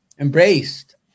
Embraced